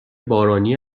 بارانی